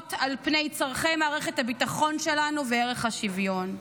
לעליונות על פני צורכי מערכת הביטחון שלנו וערך השוויון.